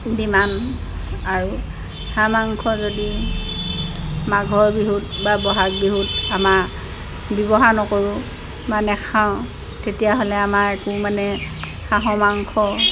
demand আৰু হাঁহ মাংস যদি মাঘৰ বিহুত বা বহাগ বিহুত আমাৰ ব্যৱহাৰ নকৰোঁ বা নাখাওঁ তেতিয়াহ'লে আমাৰ একো মানে হাঁহৰ মাংস